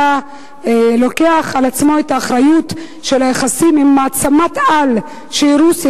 לוקח על עצמו את האחריות ליחסים עם מעצמת-העל רוסיה,